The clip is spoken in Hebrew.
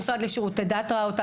המשרד לשירותי דת ראה אותה,